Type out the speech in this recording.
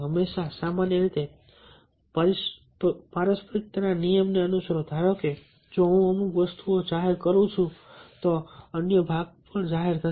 હંમેશા સામાન્ય રીતે પારસ્પરિકતાના નિયમ ને અનુસરો ધારો કે જો હું અમુક વસ્તુઓ જાહેર કરું છું તો અન્ય ભાગ પણ જાહેર કરશે